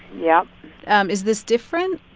yeah um is this different?